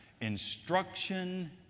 instruction